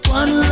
one